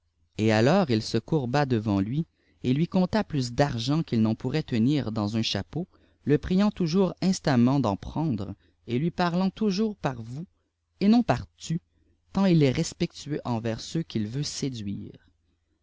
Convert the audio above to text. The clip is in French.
et alors il se courba devant lui t lui compta plusd'scent qu'il n'en pourrait tenir dans un apeau le priant toujours instamment d'en prendre et lui parlant toujours par vous et non eir tu tant il est respectueux envers ceux qu'il veut séduire